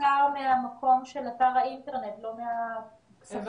אני מהמקום של אתר האינטרנט, לא מהכספים.